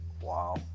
Wow